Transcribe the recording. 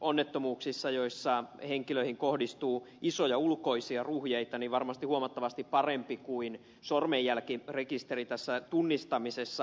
onnettomuuksissa joissa henkilöihin kohdistuu isoja ulkoisia ruhjeita varmasti huomattavasti parempi kuin sormenjälkirekisteri tunnistamisessa